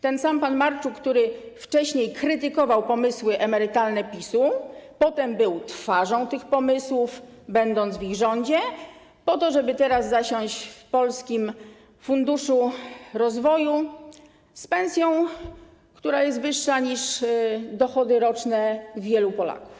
Ten sam pan Marczuk, który wcześniej krytykował pomysły emerytalne PiS-u, potem był twarzą tych pomysłów, będąc w ich rządzie, po to żeby teraz zasiąść w Polskim Funduszu Rozwoju z pensją, która jest wyższa niż dochody roczne wielu Polaków.